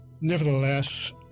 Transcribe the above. Nevertheless